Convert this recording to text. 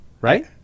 right